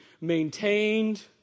maintained